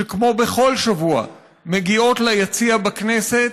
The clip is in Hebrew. שכמו בכל שבוע מגיעות ליציע בכנסת